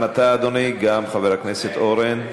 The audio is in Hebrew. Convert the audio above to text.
גם אתה, אדוני, גם חבר הכנסת אורן.